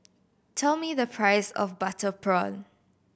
tell me the price of butter prawn